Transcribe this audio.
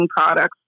products